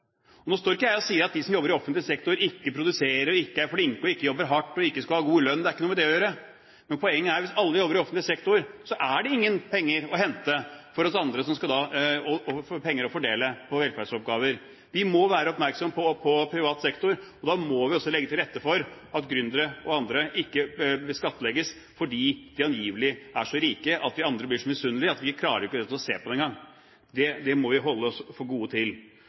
Nå står ikke jeg og sier at de som jobber i offentlig sektor, ikke produserer, ikke er flinke, ikke jobber hardt og ikke skal ha god lønn – det har ikke noe med det å gjøre – men poenget er at hvis alle jobber i offentlig sektor, er det ingen penger å fordele på velferdsoppgaver. Vi må være oppmerksom på privat sektor, og da må vi også legge til rette for at gründere og andre ikke skattlegges fordi de angivelig er så rike at vi andre blir så misunnelige at vi ikke klarer å gå rundt og se på det engang. Det må vi holde oss for gode til.